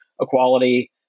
equality